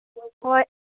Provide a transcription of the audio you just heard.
ꯍꯣꯏ